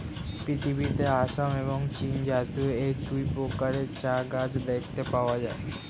পৃথিবীতে আসাম এবং চীনজাতীয় এই দুই প্রকারের চা গাছ দেখতে পাওয়া যায়